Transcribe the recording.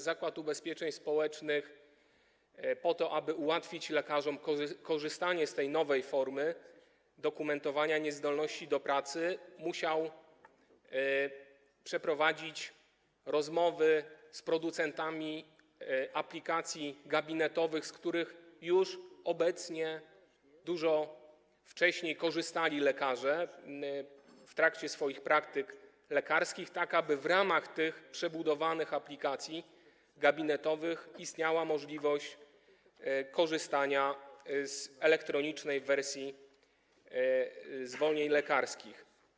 Zakład Ubezpieczeń Społecznych po to, aby ułatwić lekarzom korzystanie z tej nowej formy dokumentowania niezdolności do pracy, musiał przeprowadzić rozmowy z producentami aplikacji gabinetowych, z których już dużo wcześniej korzystali lekarze w trakcie swoich praktyk lekarskich, tak aby w ramach tych przebudowanych aplikacji gabinetowych istniała możliwość korzystania z elektronicznej wersji zwolnień lekarskich.